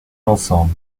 ensemble